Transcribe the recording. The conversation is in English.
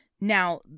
Now